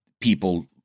people